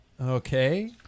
Okay